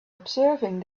observing